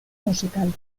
musical